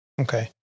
Okay